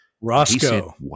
Roscoe